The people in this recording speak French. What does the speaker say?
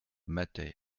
mattei